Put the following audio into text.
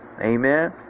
Amen